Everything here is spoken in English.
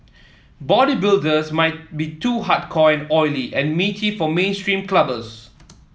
bodybuilders might be too hardcore and oily and meaty for mainstream clubbers